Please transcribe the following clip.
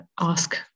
ask